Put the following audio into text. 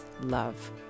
love